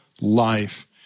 life